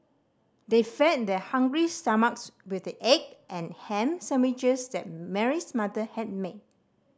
they fed their hungry stomachs with the egg and ham sandwiches that Mary's mother had made